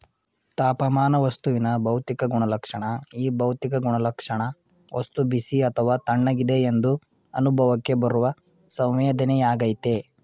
ತಾಪಮಾನ ವಸ್ತುವಿನ ಭೌತಿಕ ಗುಣಲಕ್ಷಣ ಈ ಭೌತಿಕ ಗುಣಲಕ್ಷಣ ವಸ್ತು ಬಿಸಿ ಅಥವಾ ತಣ್ಣಗಿದೆ ಎಂದು ಅನುಭವಕ್ಕೆ ಬರುವ ಸಂವೇದನೆಯಾಗಯ್ತೆ